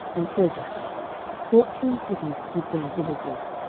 and kirjath fourteen cities with their villages.